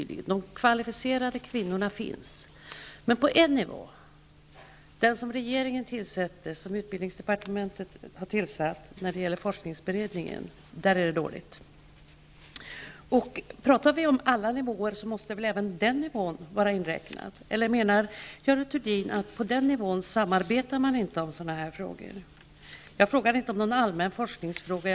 De kvalificerade kvinnorna finns. Men på en nivå, nämligen i forskningsberedningen, där utbildningsdepartementet tillsätter ledamöterna, är det dåligt. Om vi talar om alla nivåer, måste väl även den nivån vara inräknad. Eller menar Görel Thurdin att samarbete i sådana frågor inte sker på den nivån? Min fråga var inte någon allmän forskningsfråga.